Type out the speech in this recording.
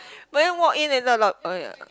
when I walk in inside a lot oh ya